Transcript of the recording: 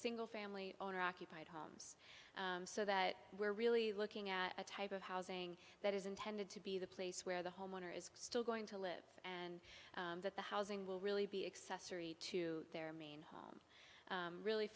single family owner occupied homes so that we're really looking at a type of housing that is intended to be the place where the homeowner is still going to live and that the housing will really be accessory to their main home really